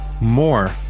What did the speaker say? more